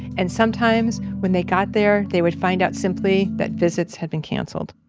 and sometimes when they got there, they would find out simply that visits had been canceled.